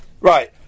Right